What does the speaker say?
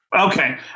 Okay